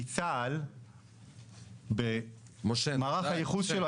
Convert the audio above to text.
כי צה"ל במערך הייחוס שלו,